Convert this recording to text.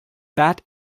bat